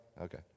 Okay